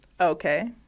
Okay